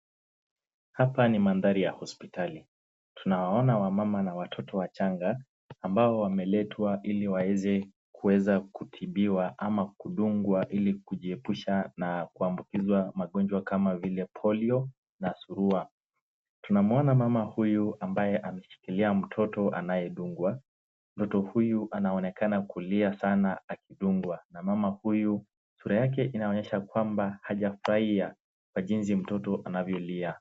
Hapa ni madhari ya hospitali. Tunawaona wamama na watoto wachanga ambao wameletwa ili waweze kueza kutibiwa ama kudungwa ili kujiepusha na kuambukizwa magonjwa kama vile polio na surua. Tunamuona mama huyu ambaye ameshikilia mtoto anayedungwa. Mtoto huyu anaonekana kulia sana akidungwa, na mama huyu sura yake inaonyesha kwamba hajafurahia kwa jinsi mtoto anavyolia.